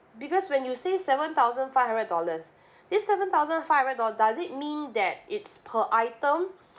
because when you say seven thousand five hundred dollars this seven thousand five hundred dollars does it mean that it's per item